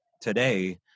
today